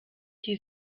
die